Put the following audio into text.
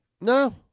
no